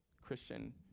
Christian